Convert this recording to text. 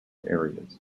areas